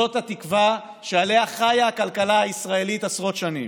זאת התקווה שעליה חיה הכלכלה הישראלית עשרות שנים.